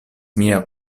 mian